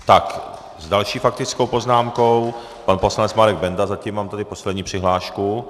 Tak s další faktickou poznámkou pan poslanec Marek Benda, zatím mám tady poslední přihlášku.